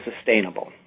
sustainable